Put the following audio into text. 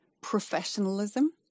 Professionalism